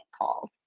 calls